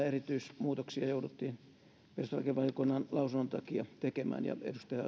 erityismuutoksia jouduttiin perustuslakivaliokunnan lausunnon takia tekemään ja edustaja lohi niihin jo